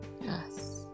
yes